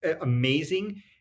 amazing